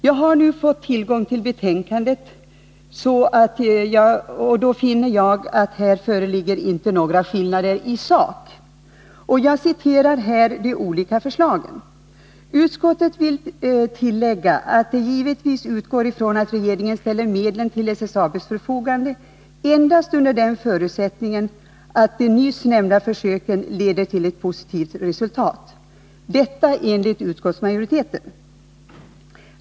När jag nu fått tillgång till betänkandet kan jag inte finna att här föreligger några skillnader i sak. Jag citerar här de olika förslagen: ”Utskottet vill tillägga att det givetvis utgår från att regeringen ställer medlen till SSAB:s förfogande endast under förutsättning att de nyss nämnda försöken leder till ett positivt resultat.” Detta enligt utskottsmajoriteten.